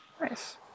Nice